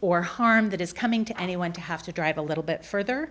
or harm that is coming to anyone to have to drive a little bit further